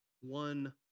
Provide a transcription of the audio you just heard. one